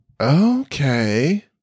Okay